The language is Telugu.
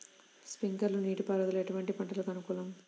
స్ప్రింక్లర్ నీటిపారుదల ఎటువంటి పంటలకు అనుకూలము?